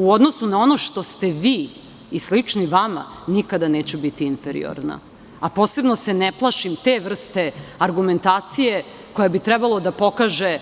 U odnosu na ono što ste vi i slični vama nikada neću biti inferiorna, a posebno se ne plašim te vrste argumentacije koja bi trebalo da pokaže